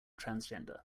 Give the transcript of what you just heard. transgender